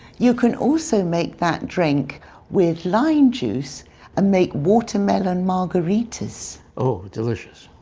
you can also make that drink with lime juice and make water melon margaritas. delicious.